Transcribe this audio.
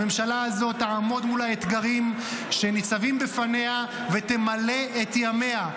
הממשלה הזאת תעמוד מול האתגרים שניצבים בפניה ותמלא את ימיה.